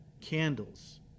candles